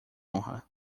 honra